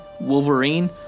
Wolverine